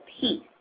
peace